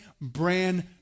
brand